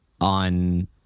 on